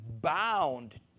bound